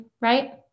right